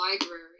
library